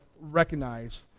recognize